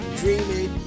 dreaming